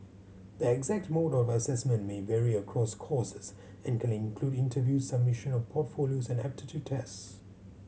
the exact mode of assessment may vary across courses and can include interviews submission of portfolios and aptitude test